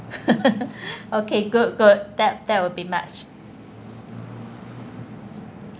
okay good good that that would be much